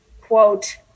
quote